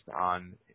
on